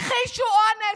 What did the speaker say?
שהכחישו אונס.